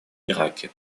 ираке